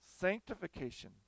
sanctification